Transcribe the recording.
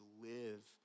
live